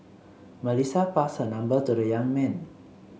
Melissa passed her number to the young man